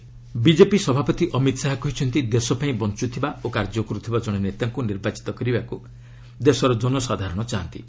BJP Shah Irani BJP ସଭାପତି ଅମିତ ଶାହା କହିଛନ୍ତି ଦେଶ ପାଇଁ ବଞ୍ଚୁଥିବା ଓ କାର୍ଯ୍ୟ କରୁଥିବା ଜଣେ ନେତାଙ୍କୁ ନିର୍ବାଚୀତ କରିବାକୁ ଦେଶର ଜନସାଧାରଣ ଚାହାନ୍ତି